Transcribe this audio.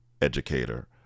educator